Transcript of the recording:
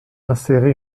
insérer